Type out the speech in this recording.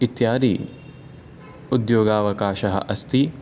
इत्यादि उद्योगावकाशः अस्ति